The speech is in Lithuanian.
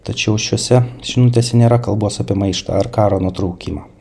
tačiau šiose žinutėse nėra kalbos apie maištą ar karą nutraukimo